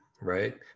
right